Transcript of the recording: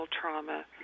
trauma